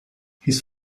his